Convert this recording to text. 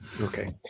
Okay